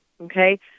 Okay